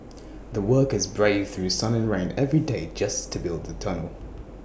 the workers braved through sun and rain every day just to build the tunnel